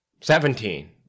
Seventeen